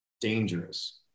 dangerous